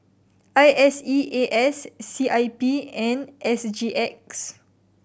I S E A S C I P and S G X